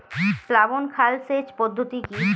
প্লাবন খাল সেচ পদ্ধতি কি?